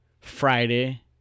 Friday